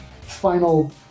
final